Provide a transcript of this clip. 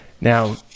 Now